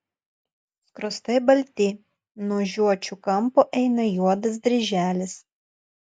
skruostai balti nuo žiočių kampo eina juodas dryželis